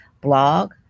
blog